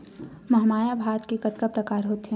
महमाया भात के कतका प्रकार होथे?